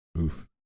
Oof